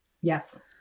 Yes